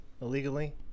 illegally